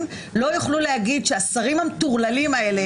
לא יוכלו להגיד שהשרים המטורללים האלה,